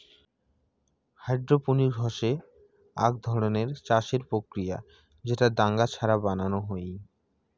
hydroponics হসে আক ধরণের চাষের প্রক্রিয়া যেটা দাঙ্গা ছাড়া বানানো হই